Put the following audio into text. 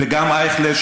וגם אייכלר,